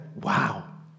Wow